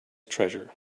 treasure